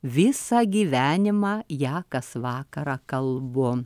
visą gyvenimą ją kas vakarą kalbu